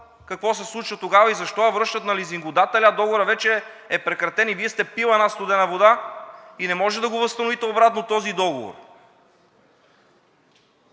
какво се случва тогава и защо я връщат на лизингодателя, а договорът вече е прекратен. Вие сте пили една студена вода и не може да го възстановите обратно този договор.